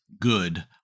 good